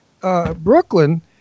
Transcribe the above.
Brooklyn